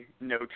no